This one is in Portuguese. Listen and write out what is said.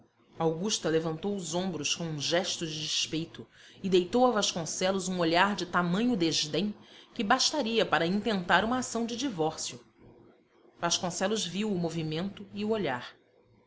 augusta levantou os ombros com um gesto de despeito e deitou a vasconcelos um olhar de tamanho desdém que bastaria para intentar uma ação de divórcio vasconcelos viu o movimento e o olhar